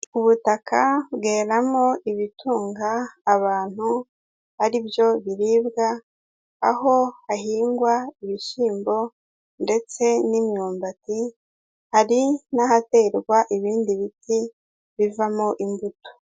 Ubutaka bweramo ibitunga abantu ari byo ibiribwa; aho hahingwa ibishyimbo ndetse n'imyumbati, hari n'ahaterwa ibindi biti bivamo imbuto.